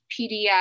PDF